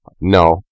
No